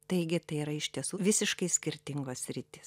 taigi tai yra iš tiesų visiškai skirtingos sritys